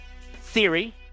theory